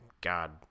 God